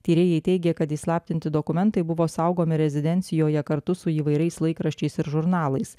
tyrėjai teigė kad išslaptinti dokumentai buvo saugomi rezidencijoje kartu su įvairiais laikraščiais ir žurnalais